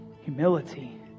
humility